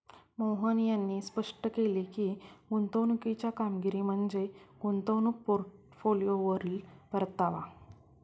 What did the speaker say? मोहन यांनी स्पष्ट केले की, गुंतवणुकीची कामगिरी म्हणजे गुंतवणूक पोर्टफोलिओवरील परतावा